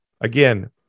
again